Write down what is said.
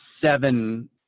seven